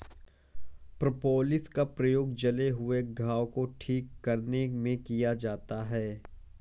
propolis का प्रयोग जले हुए घाव को ठीक करने में किया जाता है